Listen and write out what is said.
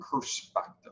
perspective